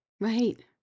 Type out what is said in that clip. Right